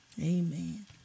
Amen